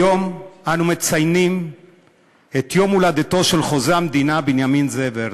היום אנחנו מציינים את יום הולדתו של חוזה המדינה בנימין זאב הרצל.